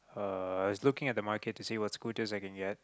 uh I was looking at the market to see what scooters I can get